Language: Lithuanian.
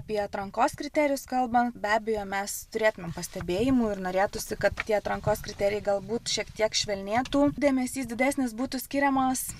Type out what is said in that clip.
apie atrankos kriterijus kalbant be abejo mes turėtumėm pastebėjimų ir norėtųsi kad tie atrankos kriterijai galbūt šiek tiek švelnėtų dėmesys didesnis būtų skiriamas